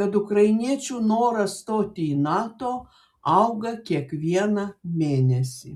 kad ukrainiečių noras stoti į nato auga kiekvieną mėnesį